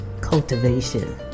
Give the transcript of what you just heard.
cultivation